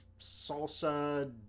salsa